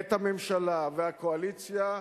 את הממשלה והקואליציה,